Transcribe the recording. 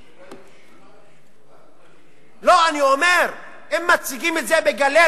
רק אם, לא, אני אומר, אם מציגים את זה בגלריה,